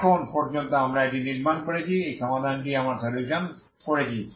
এখন পর্যন্ত আমরা এটি নির্মাণ করেছি এই সমাধানটিই আমরা সলিউশন করেছি